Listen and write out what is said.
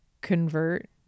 convert